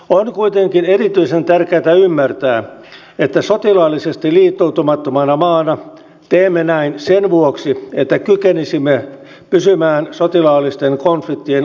on kuitenkin erityisen tärkeätä ymmärtää että sotilaallisesti liittoutumattomana maana teemme näin sen vuoksi että kykenisimme pysymään sotilaallisten konfliktien ulkopuolella